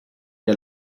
der